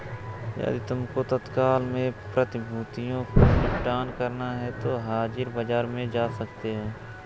यदि तुमको तत्काल में प्रतिभूतियों को निपटान करना है तो हाजिर बाजार में जा सकते हो